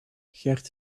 gerd